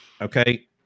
Okay